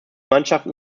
mannschaften